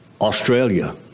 Australia